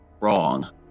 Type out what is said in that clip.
wrong